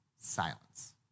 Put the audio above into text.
silence